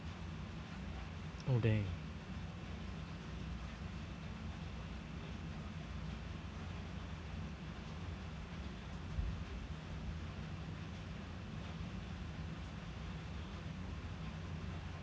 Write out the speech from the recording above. oh dang